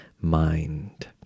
mind